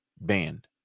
banned